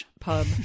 pub